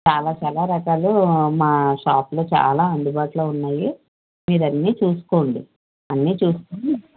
చాలా చాలా రకాలు మా షాపులో చాలా అందుబాటులో ఉన్నాయి మీరు అన్నీ చూసుకోండి అన్నీ చూసుకుని